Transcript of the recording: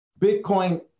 Bitcoin